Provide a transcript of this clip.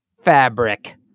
fabric